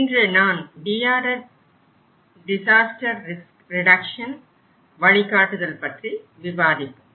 இன்று நாம் DRR disaster risk reduction வழிகாட்டுதல் பற்றி விவாதிப்போம்